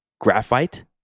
Graphite